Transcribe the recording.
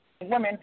women